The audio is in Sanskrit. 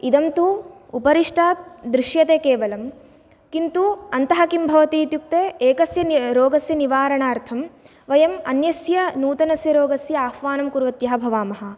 इदं तु उपरिष्टात् दृश्यते केवलं किन्तु अन्तः किं भवति इत्युक्ते एकस्य रोगस्य निवारणार्थं वयं अन्यस्य नूतनस्य रोगस्य आह्वानं कुर्वत्यः भवामः